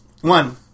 One